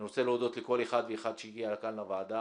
אני רוצה להודות לכל אחד ואחד שהגיע לכאן לוועדה